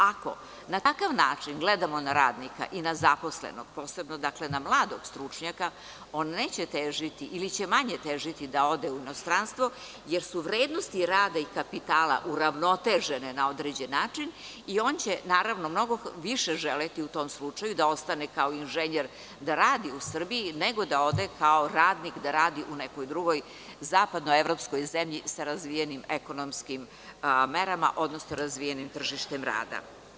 Ako na takav način gledamo na radnika i na zaposlenog, posebno na mladog stručnjaka, on neće težiti ili će manje težiti da ode u inostranstvo, jer su vrednosti rada i kapitala uravnotežene na određeni način i on će, naravno, mnogo više želeti u tom slučaju da ostane kao inženjer da radi u Srbiji, nego da ode kao radnik da radi u nekoj drugoj zapadnoevropskoj zemlji sa razvijenim ekonomskim merama, odnosno razvijenim tržištem rada.